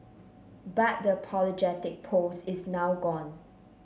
but the apologetic post is now gone